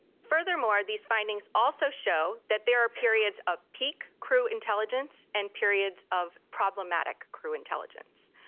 furthermore, these findings also show that there are periods of peak crew intelligence and periods of problematic crew intelligence.